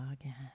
again